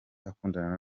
akundana